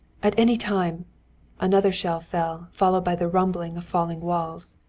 at any time another shell fell, followed by the rumble of falling walls.